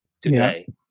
today